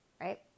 right